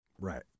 Right